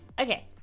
Okay